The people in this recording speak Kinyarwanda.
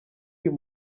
uyu